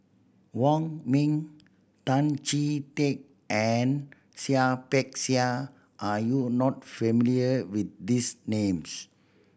Wong Ming Tan Chee Teck and Seah Peck Seah are you not familiar with these names